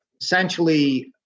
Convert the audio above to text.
essentially